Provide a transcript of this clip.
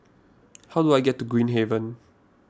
how do I get to Green Haven